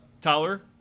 Tyler